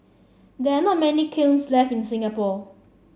there are not many kilns left in Singapore